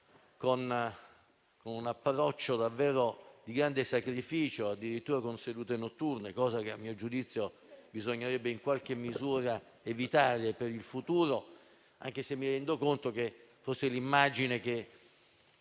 con un approccio davvero di grande sacrificio, addirittura con sedute notturne; cosa che, a mio giudizio, bisognerebbe in qualche misura evitare per il futuro, anche se mi rendo conto che forse è questa